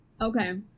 Okay